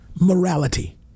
morality